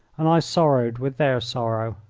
and i sorrowed with their sorrow.